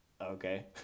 okay